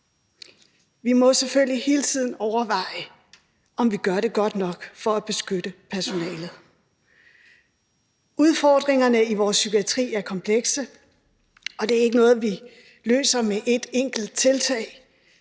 Vi må selvfølgelig hele tiden overveje, om vi gør det godt nok for at beskytte personalet. Udfordringerne i vores psykiatri er komplekse, og det er ikke noget, vi løser med et enkelt tiltag,